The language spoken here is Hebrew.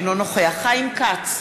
אינו נוכח חיים כץ,